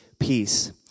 Peace